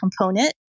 component